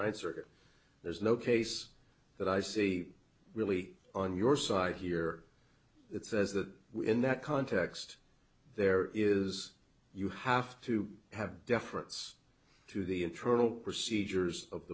answer there's no case that i see really on your side here that says that within that context there is you have to have deference to the internal procedures of